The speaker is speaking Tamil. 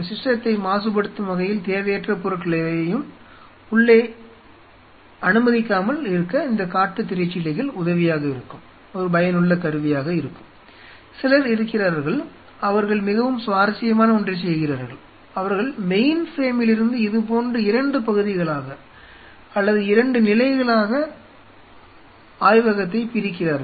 சிலர் இருக்கிறார்கள் அவர்கள் மிகவும் சுவாரஸ்யமான ஒன்றைச் செய்கிறார்கள் அவர்கள் மெயின்பிரேமிலிருந்து இது போன்ற 2 பகுதிகளாக அல்லது 2 நிலைகளாக ஆய்வகத்தைப் பிரிக்கிறார்கள்